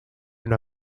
una